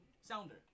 sounder